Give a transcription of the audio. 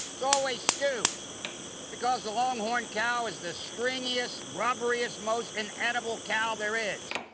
it's always stew. it's because the longhorn cow is the stringiest, rubberiest, most inedible cow there is.